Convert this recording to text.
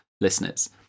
listeners